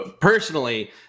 personally